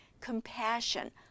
compassion